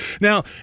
Now